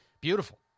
Beautiful